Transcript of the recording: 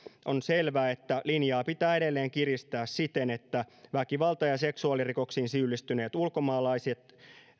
on selvää että linjaa pitää edelleen kiristää siten että väkivalta ja seksuaalirikoksiin syyllistyneet ulkomaalaiset